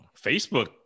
Facebook